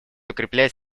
укреплять